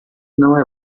não